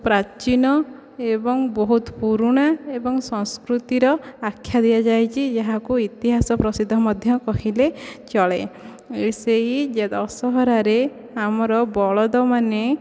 ପ୍ରାଚୀନ ଏବଂ ବହୁତ ପୁରୁଣା ଏବଂ ସଂସ୍କୃତିର ଆଖ୍ୟା ଦିଆଯାଇଛି ଏହାକୁ ଇତିହାସ ପ୍ରସିଦ୍ଧ ମଧ୍ୟ କହିଲେ ଚଳେ ସେଇ ଦଶହରା ରେ ଆମର ବଳଦ ମାନେ